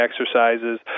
exercises